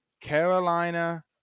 Carolina